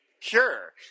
cure